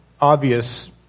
obvious